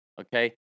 okay